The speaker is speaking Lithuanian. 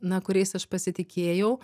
na kuriais aš pasitikėjau